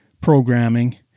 programming